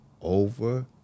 over